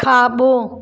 खाॿो